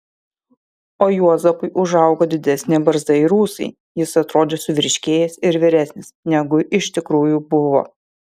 o juozapui užaugo didesnė barzda ir ūsai jis atrodė suvyriškėjęs ir vyresnis negu iš tikrųjų buvo